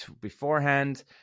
beforehand